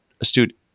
astute